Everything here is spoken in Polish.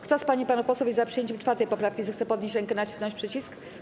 Kto z pań i panów posłów jest za przyjęciem 4. poprawki, zechce podnieść rękę i nacisnąć przycisk.